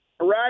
Right